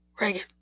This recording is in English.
Reagan